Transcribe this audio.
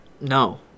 No